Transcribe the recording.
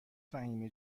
فهیمه